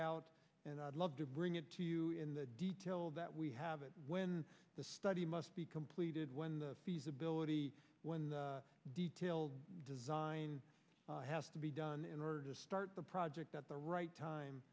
out and i would love to bring it to you in the detail that we have it when the study must be completed when the feasibility when the detailed design has to be done in order to start the project at the right time